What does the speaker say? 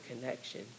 connection